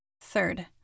Third